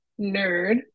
nerd